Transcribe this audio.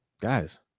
guys